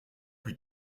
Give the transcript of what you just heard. plus